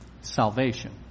salvation